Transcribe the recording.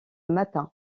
matha